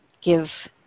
give